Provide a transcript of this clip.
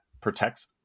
protects